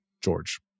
George